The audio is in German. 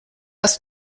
ist